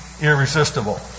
irresistible